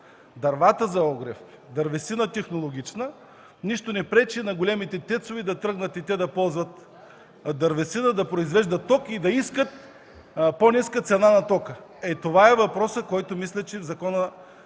дървата за огрев, дървесина – технологична, нищо не пречи на големите ТЕЦ-ове и те да тръгнат да ползват дървесина, да произвеждат ток и да искат по-ниска цена на тока. Ето това е въпросът в закона, който мисля, че трябва